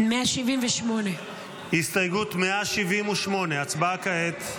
178. הסתייגות 178, הצבעה כעת.